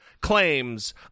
claims